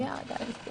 שנייה, רגע.